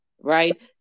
right